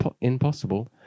impossible